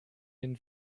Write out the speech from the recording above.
den